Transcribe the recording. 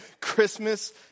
Christmas